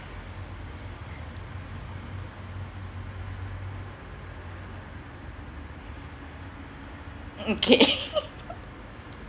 okay